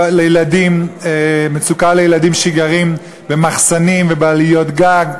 מצוקה לילדים שגרים במחסנים ובעליות-גג.